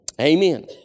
Amen